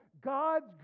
God's